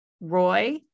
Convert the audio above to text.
Roy